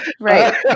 right